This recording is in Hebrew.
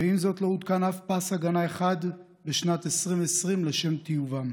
ועם זאת לא הותקן אף פס הגנה אחד בשנת 2020 לשם טיובם.